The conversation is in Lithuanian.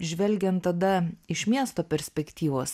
žvelgiant tada iš miesto perspektyvos